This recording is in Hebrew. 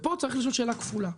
ופה צריך לשאול שאלה כפולה,